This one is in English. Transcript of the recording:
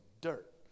dirt